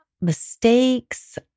mistakes